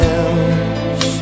else